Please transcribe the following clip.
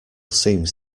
seems